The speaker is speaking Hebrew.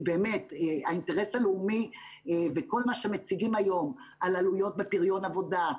האינטרס הלאומי וכל מה שמציגים היום על עלויות בפריון עבודה.